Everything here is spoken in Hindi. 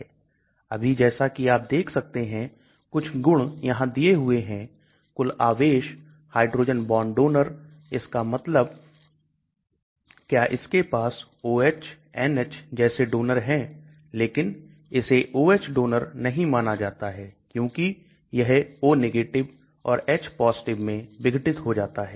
अभी जैसा कि आप देख सकते हैं कुछ गुण यहां दिए हुए हैं कुल आवेश हाइड्रोजन बॉन्ड डोनर इसका मतलब क्या इसके पास OH NH जैसे डोनर हैं लेकिन इसे OH डोनर नहीं माना जाता है क्योंकि यह O और H मैं विघटित हो जाता है